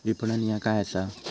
विपणन ह्या काय असा?